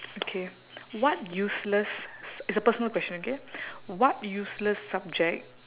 okay what useless it's a personal question okay what useless subject